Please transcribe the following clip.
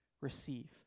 receive